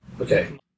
Okay